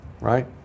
right